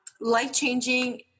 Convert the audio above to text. life-changing